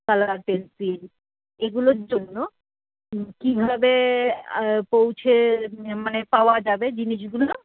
colour pencil এগুলোর জন্য কীভাবে পোঁছে মানে পাওয়া যাবে জিনিসগুলো